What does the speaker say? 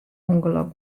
ûngelok